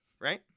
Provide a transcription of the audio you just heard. right